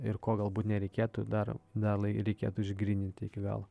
ir ko galbūt nereikėtų dar dar reikėtų išgryninti iki galo